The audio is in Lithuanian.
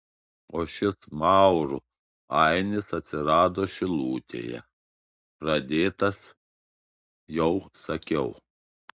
o šis maurų ainis atsirado šilutėje pradėtas jau sakiau